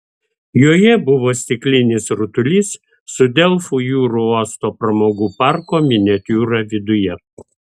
joje buvo stiklinis rutulys su delfų jūrų uosto pramogų parko miniatiūra viduje